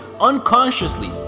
unconsciously